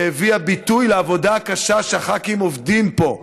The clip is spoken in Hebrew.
שהביאה לידי ביטוי את העבודה הקשה שהח"כים עובדים פה.